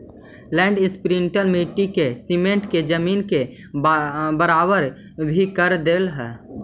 land imprinter मट्टी के समेट के जमीन के बराबर भी कर देवऽ हई